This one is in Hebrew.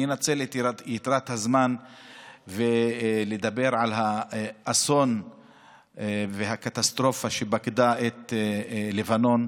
אני אנצל את יתרת הזמן לדבר על האסון והקטסטרופה שפקדה את לבנון